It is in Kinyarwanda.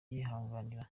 yihanganira